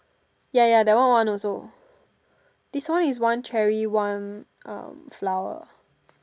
ya ya that one one also this one is one cherry one flower